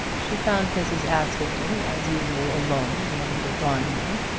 she found mrs. askerton as usual alone in the little drawing-room,